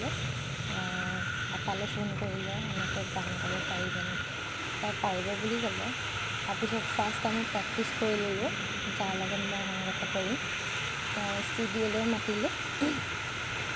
পাপালৈ phone কৰিলে এনেকৈ গান গাব পাৰিব নেকি পাপাই পাৰিব বুলি ক'লে তাৰপিছত ফাৰ্ষ্ট আমি প্ৰেক্টিচ কৰি ল'লোঁ যাৰ লগত মই সংগত কৰিম তেওঁ ষ্টুডিঅ'লৈ মাতিলে